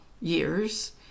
years